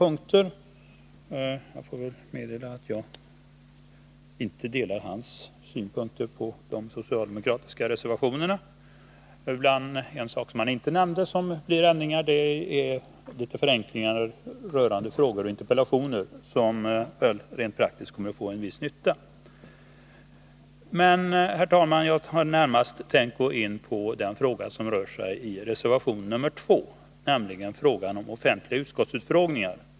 Jag får väl meddela att jag inte delar hans synpunkter på de socialdemokratiska reservationerna. Några av de ändringar som han inte nämnde och som rör frågor och interpellationer kommer vi rent praktiskt att få en viss nytta av. Herr talman! Jag hade dock närmast tänkt gå in på det spörsmål som tas upp i reservation nr 2, nämligen offentliga utskottsutfrågningar.